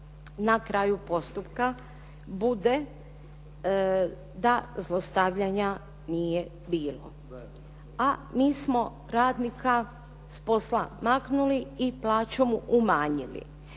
na kraju postupka bude da zlostavljanja nije bilo? A mi smo radnika s posla maknuli i plaću mu umanjili.